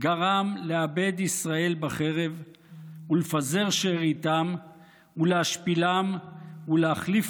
"גרם לאבד ישראל בחרב ולפזר שאריתם ולהשפילם ולהחליף